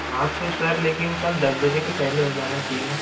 हाँ तो सर लेकिन कल दस बजे के पहले हो जाना चाहिए ना